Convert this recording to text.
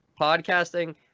podcasting